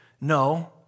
No